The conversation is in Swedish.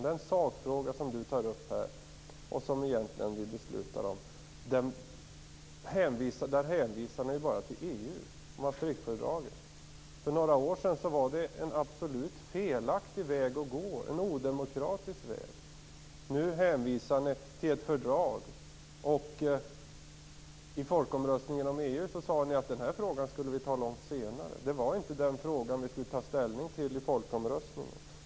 I den sakfråga som Pär-Axel Sahlberg tar upp och som vi skall besluta om hänvisar ni bara till EU och Maastrichtfördraget. För några år sedan var det en absolut felaktig väg att gå, en odemokratisk väg. Nu hänvisar ni till ett fördrag. I folkomröstningen om EU sade ni att den här frågan skulle vi besluta om långt senare och att det inte var den frågan som vi skulle ta ställning till i folkomröstningen.